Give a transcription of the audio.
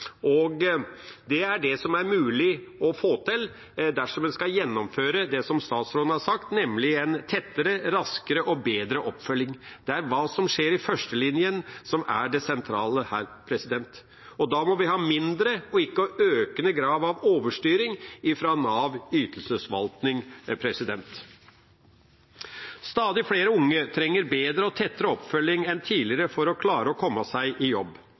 Det er det som er mulig å få til dersom en skal gjennomføre det som statsråden har sagt, nemlig en tettere, raskere og bedre oppfølging. Det er det som skjer i førstelinjen, som er det sentrale her. Da må vi ha mindre og ikke økende grad av overstyring fra Navs ytelsesforvaltning. Stadig flere unge trenger bedre og tettere oppfølging enn tidligere for å klare å komme seg i jobb.